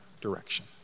direction